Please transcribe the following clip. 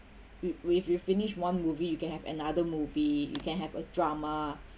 we we've we've finished one movie you can have another movie you can have a drama